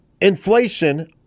inflation